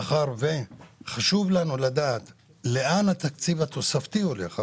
מאחר וחשוב לנו לדעת לאן התקציב התוספתי הולך.